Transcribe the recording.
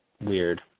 weird